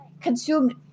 consumed